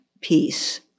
peace